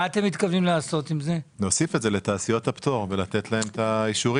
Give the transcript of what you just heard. אנו מתכוונים להוסיף את זה לתעשיות הפטור ולתת להם את האישורים.